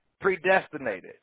predestinated